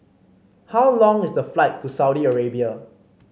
how long is the flight to Saudi Arabia